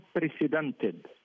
unprecedented